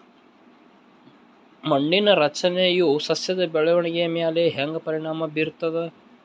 ಮಣ್ಣಿನ ರಚನೆಯು ಸಸ್ಯದ ಬೆಳವಣಿಗೆಯ ಮ್ಯಾಲ ಹ್ಯಾಂಗ ಪರಿಣಾಮ ಬೀರ್ತದ?